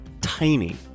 tiny